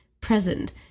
present